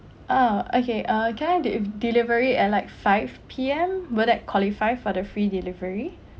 uh okay uh can I de~ delivery at like five P_M will that qualify for the free delivery